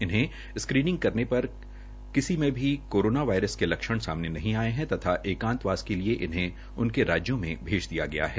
इन्हें स्क्रीनिंग करने पर किसी से भी कोरोना वायरस के लक्ष्ण सामने नहीं आये है तथा एकांतवास के लिए इन्हें उनके राज्यों में भेज दिया गया है